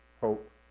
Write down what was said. hope